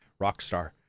Rockstar